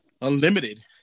unlimited